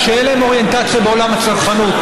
שאין להם אוריינטציה בעולם הצרכנות,